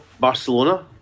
Barcelona